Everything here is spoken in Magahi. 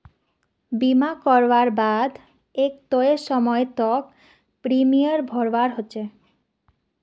बीमा करवार बा द एक तय समय तक प्रीमियम भरवा ह छेक